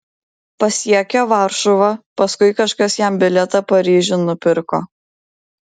pasiekė varšuvą paskui kažkas jam bilietą paryžiun nupirko